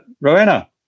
Rowena